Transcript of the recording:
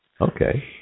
Okay